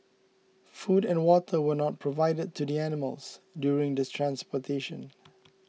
food and water were not provided to the animals during the transportation